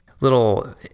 little